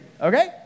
okay